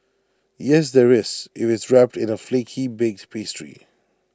yes there is if it's wrapped in A flaky baked pastry